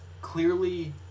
clearly